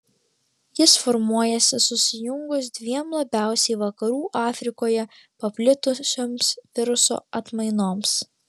jis formuojasi susijungus dviem labiausiai vakarų afrikoje paplitusioms viruso atmainoms